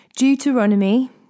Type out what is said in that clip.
Deuteronomy